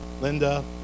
Linda